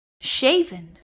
shaven